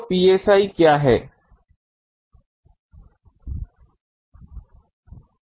तो psi क्या है